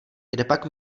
kdepak